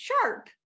sharp